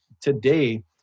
today